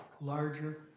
larger